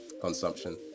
consumption